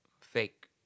fake